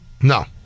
No